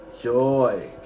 joy